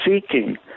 seeking